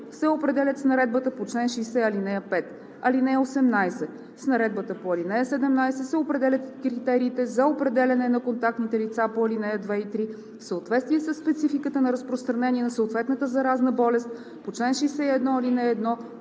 се определят с наредбата по чл. 60, ал. 5. (18) С наредбата по ал. 17 се определят и критериите за определяне на контактните лица по ал. 2 и 3 в съответствие със спецификата на разпространение на съответната заразна болест по чл. 61, ал. 1,